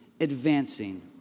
advancing